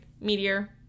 meteor